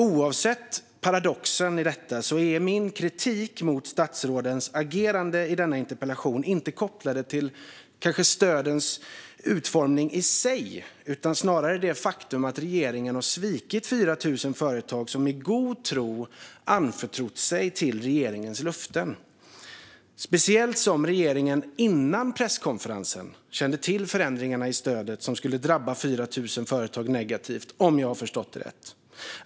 Oavsett paradoxen i detta är min kritik mot statsrådens agerande i denna interpellation inte kopplad till stödens utformning i sig utan snarare till det faktum att regeringen har svikit 4 000 företag som i god tro förlitat sig på regeringens löften, speciellt som regeringen innan presskonferensen kände till förändringarna i stödet som skulle drabba 4 000 företag negativt - om jag har förstått rätt.